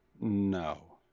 no